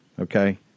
Okay